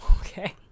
okay